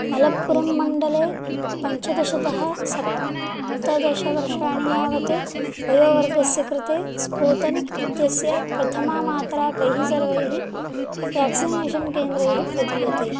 मलप्पुरम् मण्डले पञ्चदशतः सप्तदश वर्षाणि यावत् वयोवर्गस्य कृते स्पूतनिक् इत्यस्य प्रथमा मात्रा कैः सर्वैः व्याक्सिनेशन् केन्द्रैः प्रदीयते